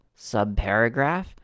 subparagraph